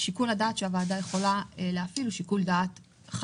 הוועדה יכולה להפעיל שיקול דעת אבל בית